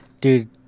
dude